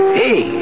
hey